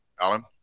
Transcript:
Alan